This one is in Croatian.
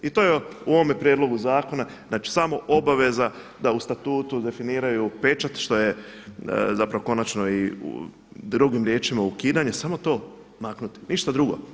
I to je u ovome prijedlogu zakona, znači samo obaveza da u statutu definiraju pečat što je, zapravo konačno i, drugim riječima ukidanje, samo to maknuti, ništa drugo.